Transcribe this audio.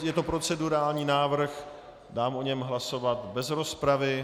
Je to procedurální návrh, dám o něm hlasovat bez rozpravy.